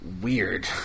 weird